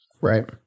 Right